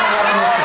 חברי חברי הכנסת,